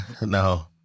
no